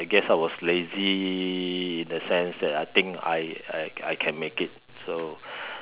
I guess I was lazy in the sense that I think I I I can make it so